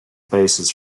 basis